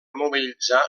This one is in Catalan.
mobilitzar